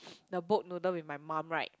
the boat noodle with my mom right